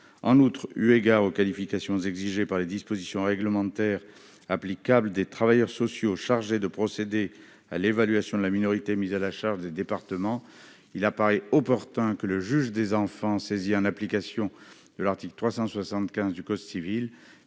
En outre, eu égard aux qualifications exigées par les dispositions réglementaires applicables aux travailleurs sociaux chargés de procéder à l'évaluation de la minorité mise à la charge des départements, il apparaît opportun que le juge des enfants saisi en application de l'article 375 du code civil